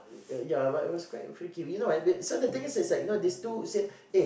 uh ya but it was quite freaky you know why wait so the thing is like you know these two said eh